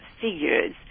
figures